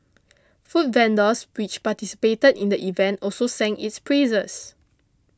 food vendors which participated in the event also sang its praises